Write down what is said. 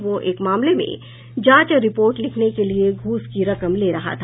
वह एक मामले में जांच रिपोर्ट लिखने के लिए घूस की रकम ले रहा था